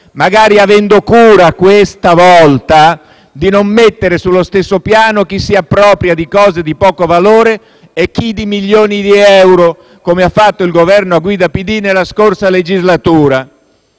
magari avendo cura questa volta di non mettere sullo stesso piano chi si appropria di cose di poco valore e chi di milioni di euro, come ha fatto il Governo a guida PD nella scorsa legislatura